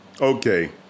Okay